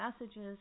messages